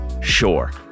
Sure